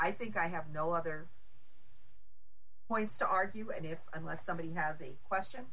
i think i have no other points to argue and if unless somebody has a question